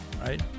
right